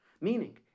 Meaning